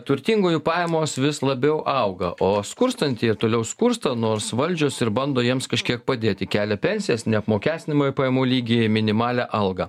turtingųjų pajamos vis labiau auga o skurstantieji ir toliau skursta nors valdžios ir bando jiems kažkiek padėti kelia pensijas neapmokestinamųjų pajamų lygį minimalią algą